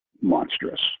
Monstrous